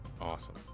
Awesome